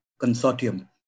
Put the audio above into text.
Consortium